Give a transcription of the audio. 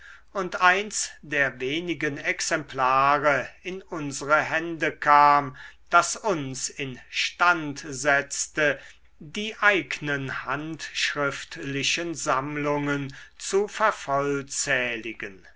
und eins der wenigen exemplare in unsere hände kam das uns instand setzte die eignen handschriftlichen sammlungen zu